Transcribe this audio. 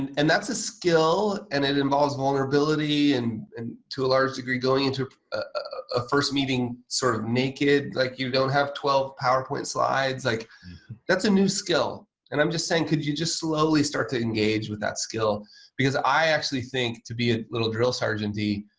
and and that's a skill and it involves vulnerability and and to a large degree going to a first meeting sort of naked like you don't have twelve powerpoint slides like that's a new skill and i'm just saying could you just slowly start to engage with that skill because i actually think to be a little drill sergeant,